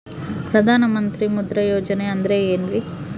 ಪ್ರಧಾನ ಮಂತ್ರಿ ಮುದ್ರಾ ಯೋಜನೆ ಅಂದ್ರೆ ಏನ್ರಿ?